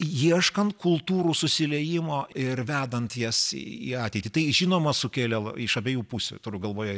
ieškant kultūrų susiliejimo ir vedant jas į ateitį tai žinoma sukelė iš abiejų pusių turiu galvoje